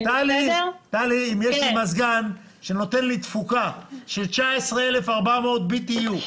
אם יש לי מזגן שנותן לי תפוקה של 19,400 BTU,